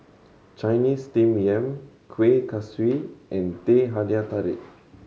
Chinese Steamed Yam Kueh Kaswi and Teh Halia Tarik